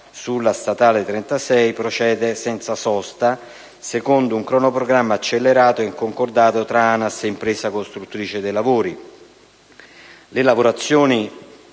strada statale 36 procede, senza sosta, secondo un cronoprogramma accelerato e concordato tra ANAS e impresa esecutrice dei lavori.